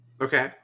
Okay